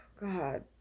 God